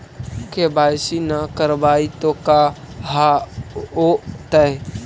KYC न करवाई तो का हाओतै?